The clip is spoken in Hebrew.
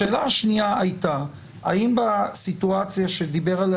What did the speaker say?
השאלה השנייה היא הייתה האם בסיטואציה שדיבר עליה